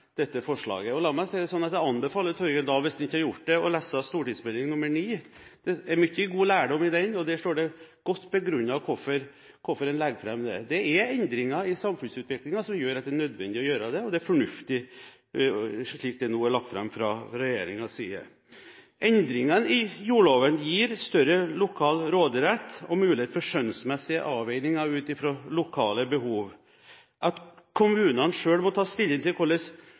dette forslaget. La meg si det slik at jeg anbefaler Torgeir Dahl – hvis han ikke har gjort det – å lese Meld. St. 9 for 2011–2012. Det er mye god lærdom i den, og der er det godt begrunnet hvorfor en legger fram forslaget. Det er endringer i samfunnsutviklingen som gjør at det er nødvendig å gjøre det, og det er fornuftig slik det nå er lagt fram fra regjeringens side. Endringene i jordloven gir større lokal råderett og mulighet for skjønnsmessige avveininger ut fra lokale behov. At kommunene selv må ta stilling til